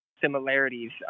similarities